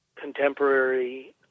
contemporary